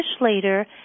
later